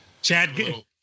Chad